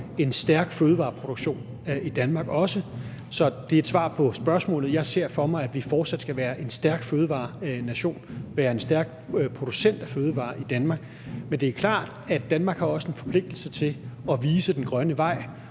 en stærk fødevareproduktion i Danmark. Så det er svaret på spørgsmålet: Jeg ser for mig, at Danmark fortsat skal være en stærk fødevarenation, en stærk producent af fødevarer. Men det er klart, at Danmark også har en forpligtelse til at vise den grønne vej.